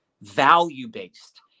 value-based